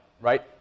right